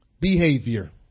Behavior